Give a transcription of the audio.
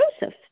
Joseph